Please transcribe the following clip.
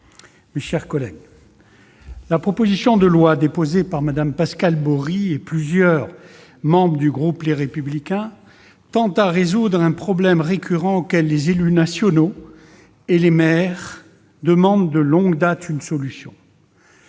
mes chers collègues, la proposition de loi déposée par Mme Pascale Bories et plusieurs membres du groupe Les Républicains tend à résoudre un problème récurrent auquel les élus nationaux et les maires demandent, de longue date, une solution.